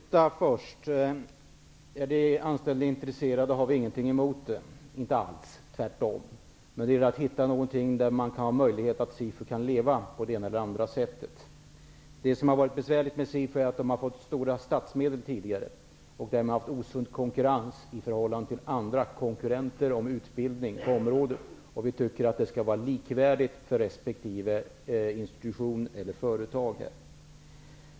Herr talman! Låt mig ta det senaste först. Är de anställda intresserade har vi ingenting emot det, tvärt om. Det gäller att hitta en metod som gör det möjligt för SIFU att leva på det ena eller det andra sättet. Det besvärliga med SIFU är att man tidigare fått stora statsmedel, vilket medfört en osund konkurrens om utbildning på området. Vi tycker det skall vara likvärdigt för resp. institution eller företag.